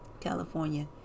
california